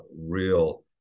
real